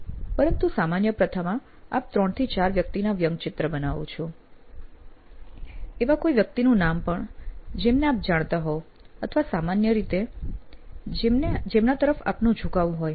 પરંતુ સામાન્ય પ્રથામાં આપ 3 થી 4 વ્યક્તિના વ્યંગચિત્ર બનાવો છો એવા કોઈ વ્યક્તિનું પણ જેમને આપ જાણતા હોવ અથવા સામાન્ય રીતે જેમના તરફ આપનો ઝુકાવ હોય